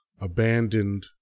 abandoned